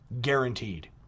Guaranteed